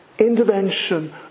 Intervention